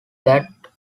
that